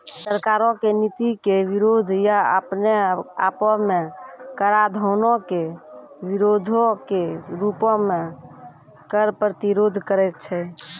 सरकारो के नीति के विरोध या अपने आपो मे कराधानो के विरोधो के रूपो मे कर प्रतिरोध करै छै